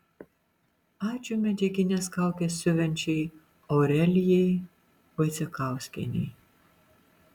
ačiū medžiagines kaukes siuvančiai aurelijai vaicekauskienei